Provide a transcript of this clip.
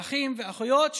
האחים והאחיות,